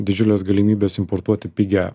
didžiules galimybes importuoti pigią